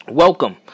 Welcome